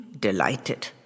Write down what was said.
delighted